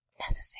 necessary